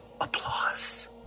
applause